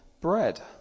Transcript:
bread